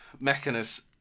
Mechanus